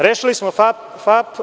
Rešili smo FAP.